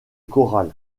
corral